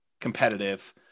competitive